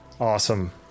Awesome